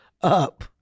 up